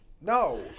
No